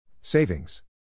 Savings